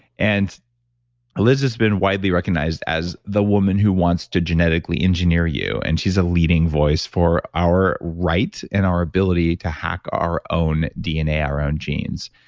and ah liz has been widely recognized as the woman who wants to genetically engineer you and she's a leading voice for our right and our ability to hack our own dna our own genes.